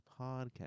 podcast